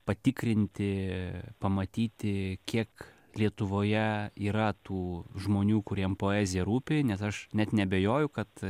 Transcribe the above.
patikrinti pamatyti kiek lietuvoje yra tų žmonių kuriem poezija rūpi nes aš net neabejoju kad